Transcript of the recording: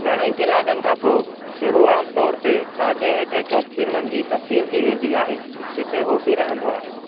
घणेई कलाकनि खां पोइ सूरु आमतौर ते साॼे हेठें चौथी मंजिल तबदील थी वेंदो आहे जिते हो बि रहंदो आहे